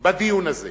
בדיון הזה.